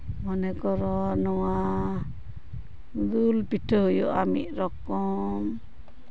ᱢᱚᱱᱮ ᱠᱚᱨᱚ ᱱᱚᱶᱟ ᱫᱩᱞ ᱯᱤᱴᱷᱟᱹ ᱦᱩᱭᱩᱜᱼᱟ ᱢᱤᱫ ᱨᱚᱠᱚᱢ